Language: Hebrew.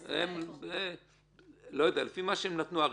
14%. לפי הנתונים שהם נתנו אז,